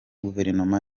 guverinoma